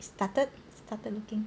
started started looking